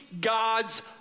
God's